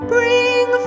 Bring